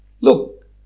Look